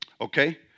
Okay